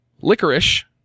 licorice